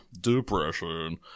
depression